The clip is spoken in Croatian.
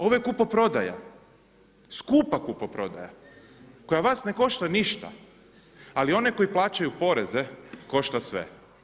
Ovo je kupoprodaja, skupa kupoprodaja koja vas ne košta ništa, ali one koji plaćaju poreze košta sve.